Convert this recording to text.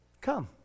Come